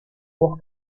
voz